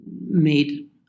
made